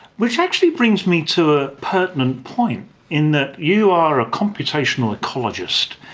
which actually brings me to a pertinent point in that you are a computational ecologist.